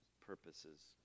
purposes